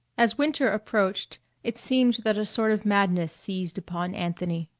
as winter approached it seemed that a sort of madness seized upon anthony.